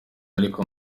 ariko